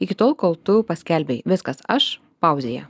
iki tol kol tu paskelbei viskas aš pauzėje